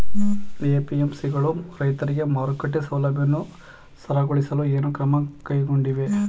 APMC ಗಳು ರೈತರಿಗೆ ಮಾರುಕಟ್ಟೆ ಸೌಲಭ್ಯವನ್ನು ಸರಳಗೊಳಿಸಲು ಏನು ಕ್ರಮ ಕೈಗೊಂಡಿವೆ?